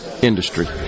industry